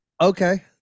okay